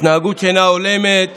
התנהגות שאינה הולמת,